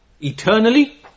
eternally